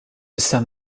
issa